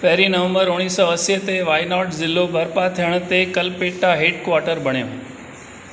पहिरीं नवंबर उणिवीह असी ते वायनॉड ज़िलो बरिपा थियण ते कलपेट्टा हेडक्वार्टर बणियो